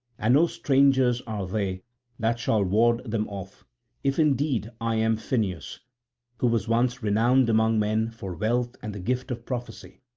and no strangers are they that shall ward them off if indeed i am phineus who was once renowned among men for wealth and the gift of prophecy,